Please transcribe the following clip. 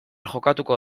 jokatuko